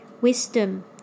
Wisdom